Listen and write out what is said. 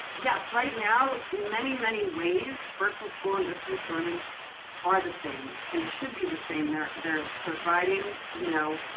yes. right now in many, many ways virtual school and distance learning are the same. they should be the same. they're they're providing you know